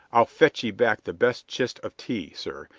i'll fetch ye back the best chist of tea, sir,